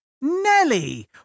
Nelly